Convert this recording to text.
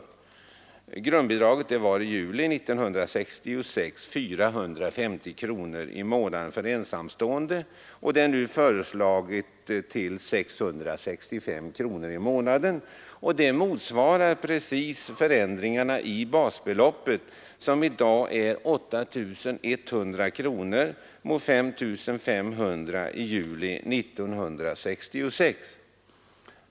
I juli 1966 var grundbidraget 450 kronor per månad för ensamstående och föreslås nu höjt till 665 kronor per månad. Det motsvarar precis förändringarna i basbeloppet, som i dag är 8 100 kronor mot 5 500 kronor i juli 1966.